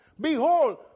Behold